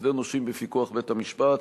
הסדר נושים בפיקוח בית-המשפט),